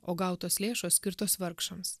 o gautos lėšos skirtos vargšams